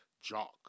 jock